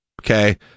Okay